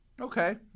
Okay